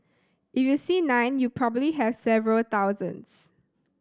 if you see nine you probably have several thousands